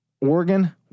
Oregon